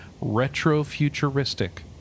retro-futuristic